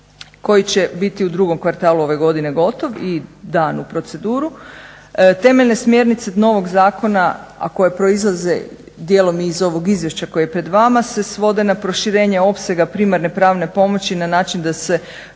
koji će biti u drugom kvartalu ove godine gotov i dan u proceduru. Temeljne smjernice novog zakona, a koje proizlaze dijelom i iz ovog izvješća koje je pred vama, se svode na proširenje opsega primarne pravne pomoći na način da se